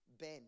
Ben